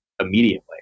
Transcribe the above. immediately